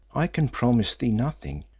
i can promise thee nothing.